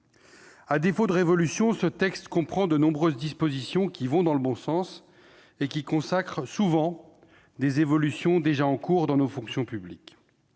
À défaut de faire révolution, ce texte comprend de nombreuses dispositions qui vont dans le bon sens et qui consacrent souvent des évolutions déjà en cours dans nos fonctions publiques.